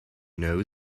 know